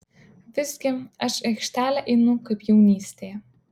visgi aš į aikštelę einu kaip jaunystėje